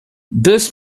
this